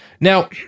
Now